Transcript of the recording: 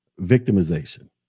victimization